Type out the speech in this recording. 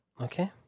okay